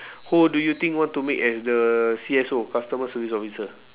who do you think want to make as the C_S_O customer service officer